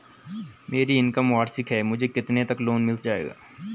मेरी इनकम वार्षिक है मुझे कितने तक लोन मिल जाएगा?